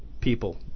people